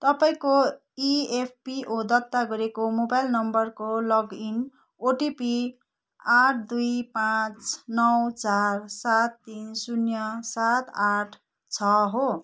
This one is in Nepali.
तपाईँको इएफपिओ दर्ता गरिएको मोबाइल नम्बरको लगइन ओटिपी आठ दुई पाँच नौ चार सात तिन शून्य सात आठ छ हो